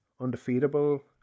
undefeatable